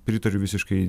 pritariu visiškai